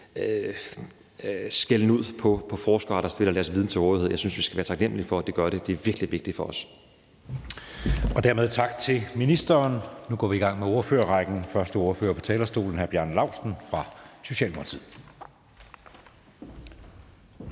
skælden ud på forskere, der stiller deres viden til rådighed. Jeg synes, vi skal være taknemlige for, at de gør det; det er virkelig vigtigt for os. Kl. 20:12 Anden næstformand (Jeppe Søe): Dermed tak til ministeren. Nu går vi i gang med ordførerrækken, og første ordfører på talerstolen er hr. Bjarne Laustsen fra Socialdemokratiet. Kl.